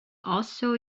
also